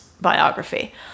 biography